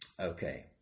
Okay